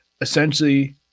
essentially